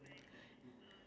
how about your